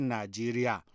Nigeria